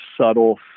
subtle